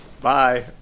bye